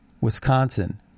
Wisconsin